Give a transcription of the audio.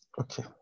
Okay